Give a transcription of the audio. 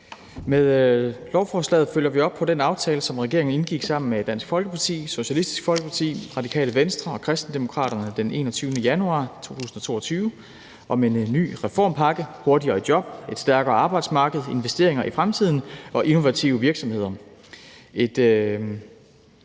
Med lovforslaget følger vi op på den aftale, som regeringen indgik sammen med Dansk Folkeparti, Socialistisk Folkeparti, Radikale Venstre og Kristendemokraterne den 21. januar 2022 om en ny reformpakke, »Hurtigere i job, et stærkere arbejdsmarked, investeringer i fremtiden og innovative virksomheder«,